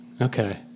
Okay